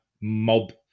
mob